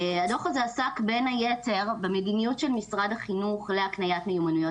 הדוח הזה עסק בין היתר במדיניות של משרד החינוך להקניית מיומנויות